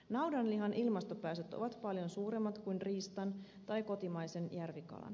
naudanlihan ilmastopäästöt ovat paljon suuremmat kuin riistan tai kotimaisen järvikalan